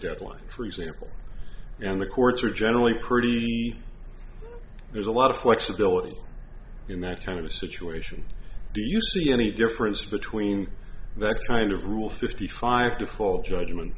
deadline for example and the courts are generally pretty there's a lot of flexibility in that kind of a situation do you see any difference between that kind of rule fifty five dollars to fall judgment